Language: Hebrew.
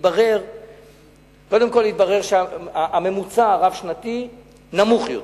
קודם כול, התברר שהממוצע הרב-שנתי נמוך יותר,